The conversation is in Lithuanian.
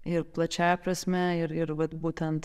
ir plačiąja prasme ir ir vat būtent